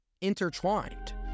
intertwined